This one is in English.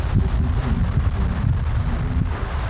which contained six rooms and a lean-to,